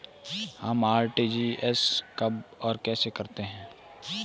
हम आर.टी.जी.एस कब और कैसे करते हैं?